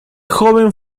joven